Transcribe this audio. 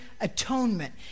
atonement